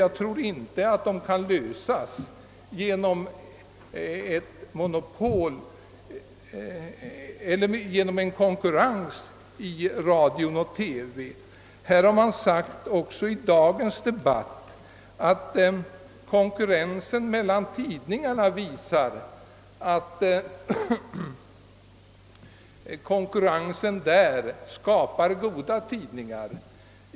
Jag tror inte att de kan lösas genom en konkurrens inom radiooch TV-verksamheten. Det har i dagens debatt anförts att konkurrensen mellan tidningarna skapar goda tidningar av hög standard.